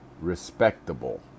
respectable